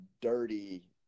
dirty